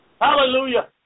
hallelujah